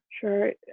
Sure